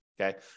okay